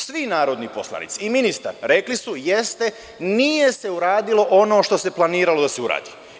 Svi narodni poslanici i ministar rekli su – jeste, nije se uradilo ono što se planiralo da se uradi.